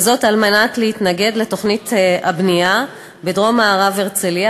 כדי להתנגד לתוכנית הבנייה בדרום-מערב הרצליה,